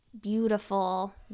beautiful